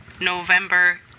November